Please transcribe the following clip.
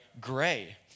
gray